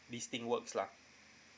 this thing works lah